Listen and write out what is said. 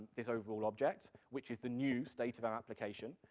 this overall object, which is the new state of our application,